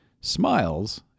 smiles